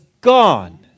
gone